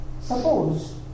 suppose